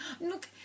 Look